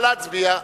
נא להצביע.